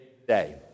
today